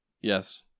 Yes